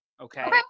Okay